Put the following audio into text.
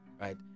right